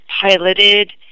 piloted